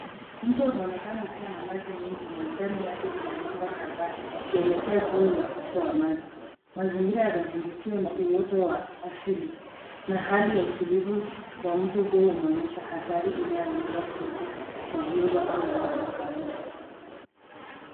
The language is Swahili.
Mto unaonekana ukiwa na maji mengi na ndani yake kuna mamba kadhaa wakielekea juu ya uso wa maji. Mazingira yanazungukiwa na uoto wa asili na hali ya utulivu wa mto huo unaonyesha hatari inayoweza kuwepo kwa viumbe au watu wa karibu.